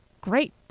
Great